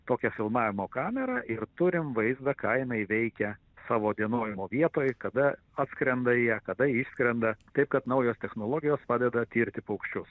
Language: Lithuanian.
tokią filmavimo kamerą ir turim vaizdą ką jinai veikia savo dienojimo vietoj kada atskrenda į ją kada išskrenda taip kad naujos technologijos padeda tirti paukščius